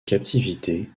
captivité